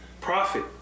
profit